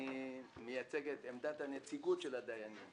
אני מייצג את עמדת הנציגות של הדיינים.